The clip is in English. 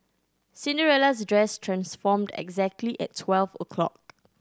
Cinderella's dress transformed exactly at twelve o'clock